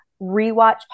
rewatch